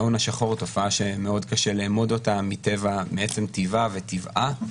ההון השחור הוא תופעה שמאוד קשה לאמוד אותה מאופן טיבה וטבעה.